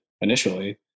initially